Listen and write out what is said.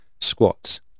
squats